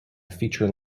feature